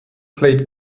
played